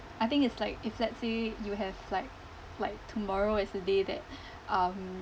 I think it's like if let's say you have like like tomorrow is the day that um